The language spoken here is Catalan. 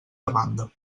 demanda